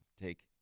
take